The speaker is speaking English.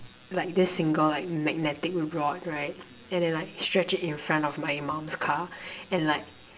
like this single like magnetic rod right and then I stretch in front of my mum's car and like